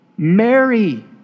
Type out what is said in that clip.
Mary